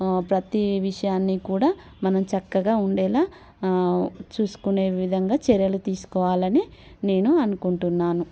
ప్రతీ విషయాన్ని కూడా మనం చక్కగా ఉండేలా చూసుకునే విధంగా చర్యలు తీసుకోవాలని నేను అనుకుంటున్నాను